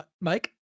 Mike